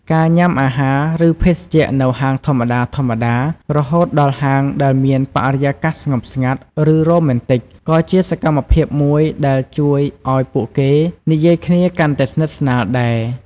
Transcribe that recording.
ការ ញ៉ាំអាហារ ឬភេសជ្ជៈ នៅហាងធម្មតាៗ រហូតដល់ហាងដែលមានបរិយាកាសស្ងប់ស្ងាត់ ឬរ៉ូមែនទិក ក៏ជាសកម្មភាពមួយដែលជួយឱ្យពួកគេនិយាយគ្នាកាន់តែស្និទ្ធស្នាលដែរ។